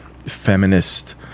feminist